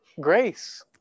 grace